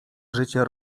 życie